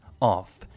OFF